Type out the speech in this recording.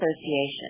association